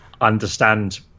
understand